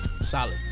solid